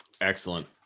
Excellent